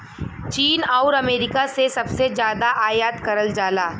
चीन आउर अमेरिका से सबसे जादा आयात करल जाला